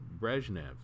Brezhnev